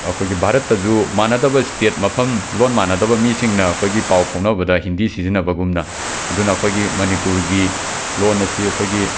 ꯑꯩꯈꯣꯏꯒꯤ ꯚꯥꯔꯠꯇꯁꯨ ꯃꯥꯟꯅꯗꯕ ꯁ꯭ꯇꯦꯠ ꯃꯐꯝ ꯂꯣꯟ ꯃꯥꯟꯅꯗꯕ ꯃꯤꯁꯤꯡꯅ ꯑꯩꯈꯣꯏꯒꯤ ꯄꯥꯎ ꯐꯥꯎꯅꯕꯗ ꯍꯤꯟꯗꯤ ꯁꯤꯖꯤꯟꯅꯕꯒꯨꯝꯅ ꯑꯗꯨꯅ ꯑꯩꯈꯣꯏꯒꯤ ꯃꯅꯤꯄꯨꯔꯒꯤ ꯂꯣꯟ ꯑꯁꯤ ꯑꯩꯈꯣꯏꯒꯤ